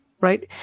right